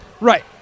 Right